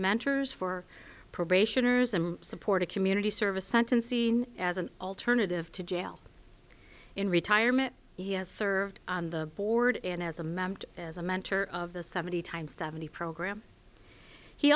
mentors for probationers and supportive community service sentence seen as an alternative to jail in retirement he has served on the board and as a member as a mentor of the seventy time seventy program he